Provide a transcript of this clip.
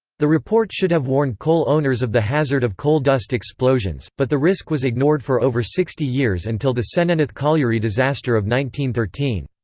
the report should have warned coal owners of the hazard of coal dust explosions, but the risk was ignored for over sixty years until the senghenydd colliery disaster of thirteen.